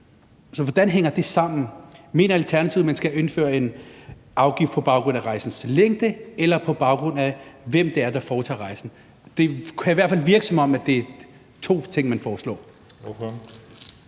hvordan hænger det sammen? Mener Alternativet, at man skal indføre en afgift på baggrund af rejsens længde, eller på baggrund af hvem det er, der foretager rejsen? Det kan i hvert fald virke, som om det er to ting, man foreslår.